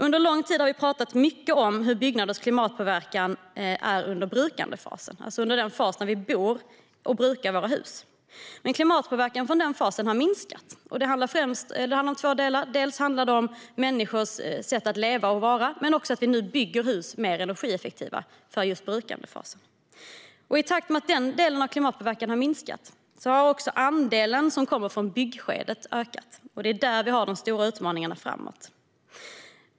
Under lång tid har vi pratat mycket om hur byggnaders klimatpåverkan är under brukandefasen, alltså under den fas när vi bor i och brukar våra hus. Men klimatpåverkan från den fasen har minskat. Det handlar om två delar. Det gäller människors sätt att leva och vara men också att vi nu bygger hus mer energieffektiva för brukandefasen. I takt med att den delen av klimatpåverkan har minskat har andelen som kommer från byggskedet ökat. Det är där vi har de stora utmaningarna framåt.